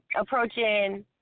approaching